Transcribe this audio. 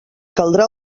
caldrà